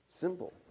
Simple